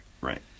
right